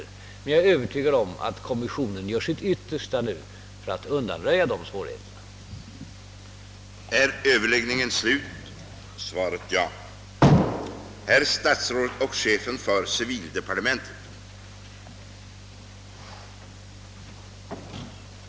Jag är emellertid övertygad om att kommissionen gör sitt yttersta för att undanröja dessa svårigheter. dersbevisning för lång och trogen tjänst inom det statliga verksamhetsområdet